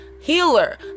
Healer